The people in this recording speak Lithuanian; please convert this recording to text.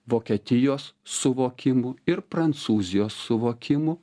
vokietijos suvokimu ir prancūzijos suvokimu